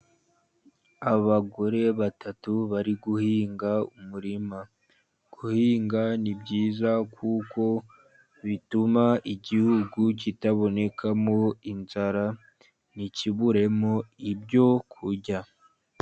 Abagore batatu bari guhinga umurima. Guhinga ni byiza kuko bituma igihugu kitabonekamo inzara, ntikiburemo ibyo kurya.